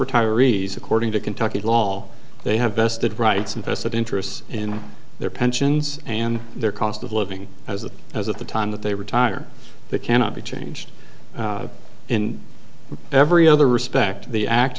retirees according to kentucky law all they have vested rights and vested interests and their pensions and their cost of living as it has at the time that they retire they cannot be changed in every other respect the act